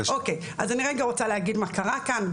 אז אני רגע רוצה להגיד מה קרה כאן.